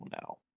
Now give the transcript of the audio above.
now